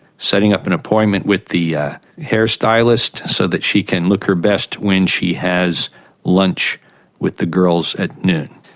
setting up an appointment with the yeah hairstylist so that she can look her best when she has lunch with the girls at noon.